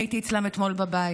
אתמול הייתי אצלם בבית.